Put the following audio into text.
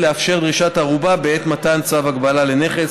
לאפשר דרישת ערובה בעת מתן צו הגבלה לנכס,